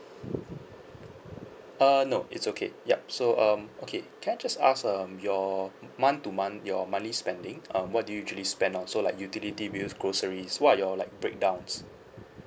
uh no it's okay yup so um okay can I just ask um your month to month your monthly spending um what do you usually spend on so like utility bills groceries what are your like breakdowns